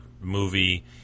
movie